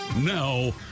Now